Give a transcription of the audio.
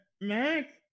mac